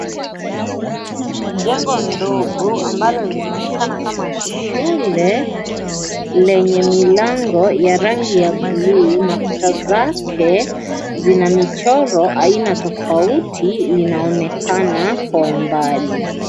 Jengo ndogo ambalo linaonekana kama shule lenye milango ya rangi ya buluu na kuta zake zina michoro aina tofauti linaonekana kwa umbali.